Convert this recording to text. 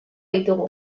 ditugu